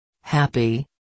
Happy